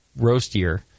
roastier